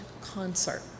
concert